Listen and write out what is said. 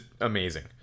amazing